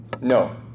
no